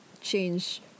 change